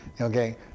Okay